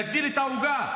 להגדיל את העוגה.